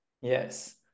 Yes